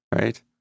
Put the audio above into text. right